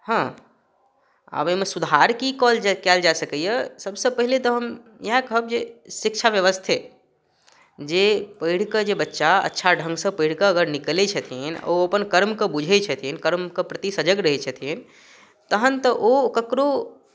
हँ आब एहिमे सुधार की क कयल जा सकैए सभसँ पहिने तऽ हम इएह कहब जे शिक्षा व्यवस्थे जे पढ़ि कऽ जे बच्चा अच्छा ढंगसँ पढ़ि कऽ अगर निकलै छथिन ओ अपन कर्मकेँ बूझै छथिन कर्मके प्रति सजग रहै छथिन तखन तऽ ओ ककरो